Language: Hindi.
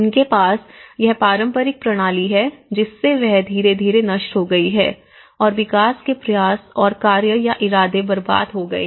उनके पास यह पारंपरिक प्रणाली है जिससे वह धीरे धीरे नष्ट हो गई है और विकास के प्रयास और कार्य या इरादे बर्बाद हो गए हैं